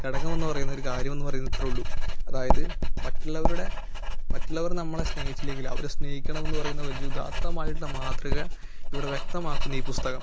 ഘടകമെന്നു പറയുന്നത് ഒരു കാര്യമെന്നു പറയുന്നത് ഇത്രയും ഉള്ളു അതായത് മറ്റുള്ളവരുടെ മറ്റുള്ളവർ നമ്മളെ സ്നേഹിച്ചില്ലെങ്കില് അവര് സ്നേഹിക്കണമെന്നു പറയുന്ന വലിയ ഒരു ഉദാത്തമായിട്ടുള്ള മാതൃക ഇവിടെ വ്യക്തമാക്കുന്നു ഈ പുസ്തകം